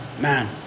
Man